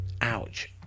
Ouch